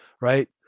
Right